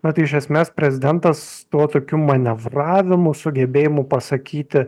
na tai iš esmės prezidentas tuo tokiu manevravimu sugebėjimu pasakyti